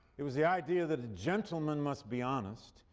it was the idea that a gentleman must be honest.